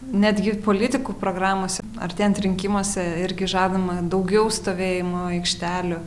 netgi ir politikų programose artėjant rinkimuose irgi žadama daugiau stovėjimo aikštelių